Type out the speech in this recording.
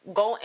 go